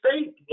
state